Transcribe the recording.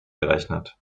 gerechnet